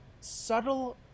subtle